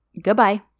goodbye